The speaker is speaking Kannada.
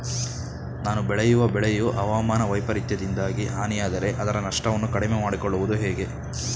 ನಾನು ಬೆಳೆಯುವ ಬೆಳೆಯು ಹವಾಮಾನ ವೈಫರಿತ್ಯದಿಂದಾಗಿ ಹಾನಿಯಾದರೆ ಅದರ ನಷ್ಟವನ್ನು ಕಡಿಮೆ ಮಾಡಿಕೊಳ್ಳುವುದು ಹೇಗೆ?